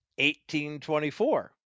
1824